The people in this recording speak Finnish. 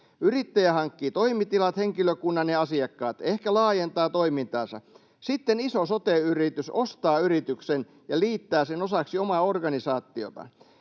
Yrittäjä hankkii toimitilat, henkilökunnan ja asiakkaat, ehkä laajentaa toimintaansa. Sitten iso sote-yritys ostaa yrityksen ja liittää sen osaksi omaa organisaatiotaan.